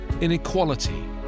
inequality